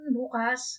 bukas